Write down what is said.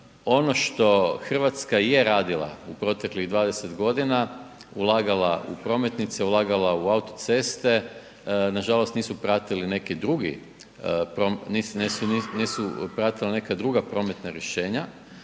ono što Hrvatska je radila u proteklih 20 godina ulagala u prometnice, ulagala u autoceste, nažalost nisu pratila neka druga prometna rješenja